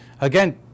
again